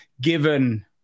given